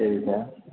சரி சார்